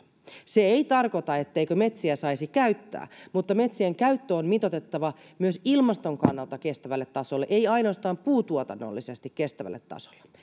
se ei tarkoita etteikö metsiä saisi käyttää mutta metsien käyttö on mitoitettava myös ilmaston kannalta kestävälle tasolle ei ainoastaan puutuotannollisesti kestävälle tasolle